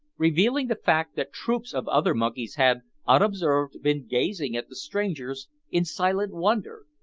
revealing the fact that troops of other monkeys had, unobserved, been gazing at the strangers in silent wonder,